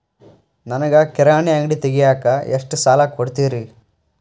ನನಗ ಕಿರಾಣಿ ಅಂಗಡಿ ತಗಿಯಾಕ್ ಎಷ್ಟ ಸಾಲ ಕೊಡ್ತೇರಿ?